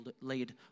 laid